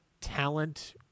talent